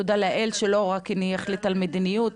תודה לאל שלא רק אני אחליט על המדיניות,